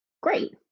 Great